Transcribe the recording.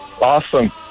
Awesome